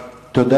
51%,